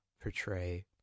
portray